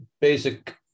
basic